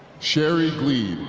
sherry glied,